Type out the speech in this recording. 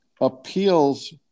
Appeals